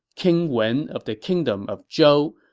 king wen of the kingdom of zhou,